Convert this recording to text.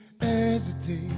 hesitate